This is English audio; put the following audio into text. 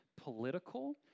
political